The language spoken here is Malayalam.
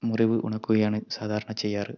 മുറിവ് ഉണക്കുകയാണ് സാധാരണ ചെയ്യാറ്